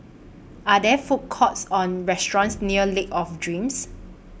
Are There Food Courts Or restaurants near Lake of Dreams